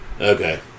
Okay